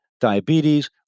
diabetes